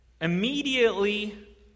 immediately